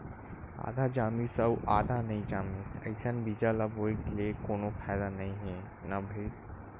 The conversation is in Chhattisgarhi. आधा जामिस अउ आधा नइ जामिस अइसन बीजा ल बोए ले कोनो फायदा नइ हे न भईर